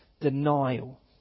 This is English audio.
denial